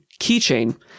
keychain